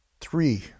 three